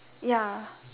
ya